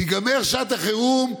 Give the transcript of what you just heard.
תיגמר שעת החירום,